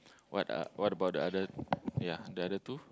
what are what about the other ya the other two